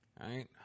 right